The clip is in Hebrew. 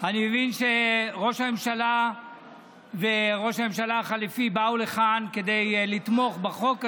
אני מבין שראש הממשלה וראש הממשלה החליפי באו לכאן כדי לתמוך בחוק הזה.